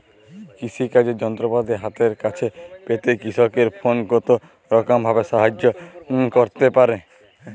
কৃষিকাজের যন্ত্রপাতি হাতের কাছে পেতে কৃষকের ফোন কত রকম ভাবে সাহায্য করতে পারে?